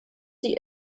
die